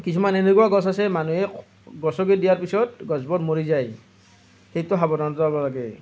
কিছুমান এনেকুৱা গছ আছে মানুহে গছকি দিয়াৰ পিছত গছবোৰ মৰি যায় সেইটো সাৱধানতা ল'ব লাগে